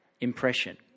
impression